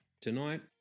Tonight